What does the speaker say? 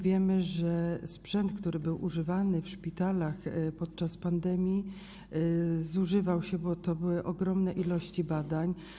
Wiemy, że sprzęt, który był używany w szpitalach podczas pandemii, zużywał się, bo to były ogromne ilości badań.